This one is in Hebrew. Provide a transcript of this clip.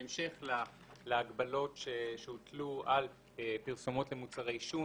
בהמשך להגבלות שהוטלו על פרסומות למוצרי עישון